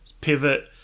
pivot